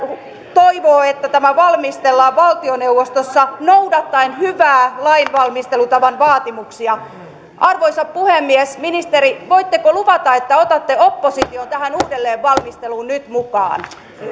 toivoo että tämä valmistellaan valtioneuvostossa noudattaen hyvän lainvalmistelutavan vaatimuksia arvoisa puhemies ministeri voitteko luvata että otatte opposition tähän uudelleenvalmisteluun nyt mukaan